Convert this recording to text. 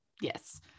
yes